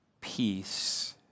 peace